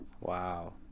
Wow